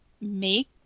make